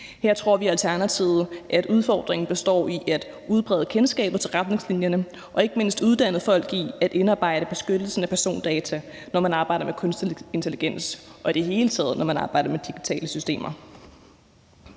Her tror vi i Alternativet, at udfordringen består i at udbrede kendskabet til retningslinjerne og ikke mindst at uddanne folk i at indarbejde beskyttelsen af persondata, når man arbejder med kunstig intelligens, og når man i det hele taget arbejder med digitale systemer.